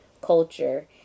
culture